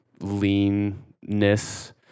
leanness